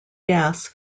gas